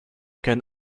can